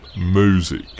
music